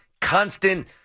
constant